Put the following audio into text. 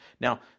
Now